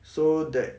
so that